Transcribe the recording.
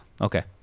Okay